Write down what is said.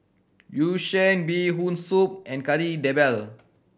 Yu Sheng Bee Hoon Soup and Kari Debal